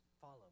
Follow